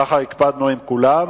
ככה הקפדנו עם כולם,